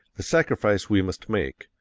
the sacrifice we must make,